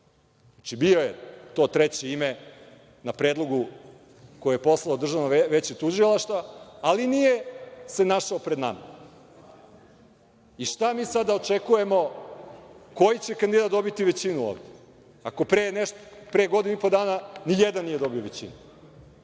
bio je, to treće ime na predlogu koje je poslalo Državno veće tužilaca, ali se nije našao pred nama. Šta mi sada da očekujemo, koji će kandidat dobiti većinu ovde, ako pre godinu i po dana ni jedan nije dobio većinu?